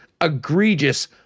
egregious